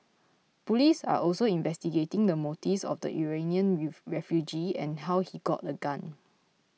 police are also investigating the motives of the Iranian refugee and how he got a gun